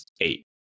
eight